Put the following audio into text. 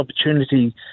opportunity